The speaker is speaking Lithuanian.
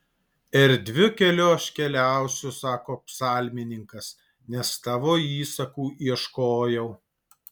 erdviu keliu aš keliausiu sako psalmininkas nes tavo įsakų ieškojau